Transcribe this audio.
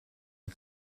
are